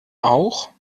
auch